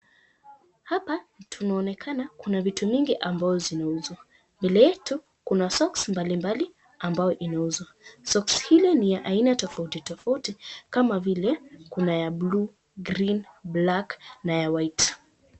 Hapa tunaonekana kuna vitu mingi ambayo zinauzwa. Mbele yetu kuna socks mbalimbali ambayo inauzwa, socks hizi ni za aina tofautitofauti kama vile kuna ya blue, green, black na ya white .